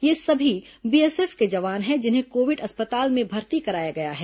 ये सभी बीएसएफ के जवान हैं जिन्हें कोविड अस्पताल में भर्ती कराया गया है